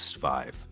five